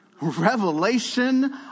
revelation